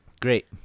Great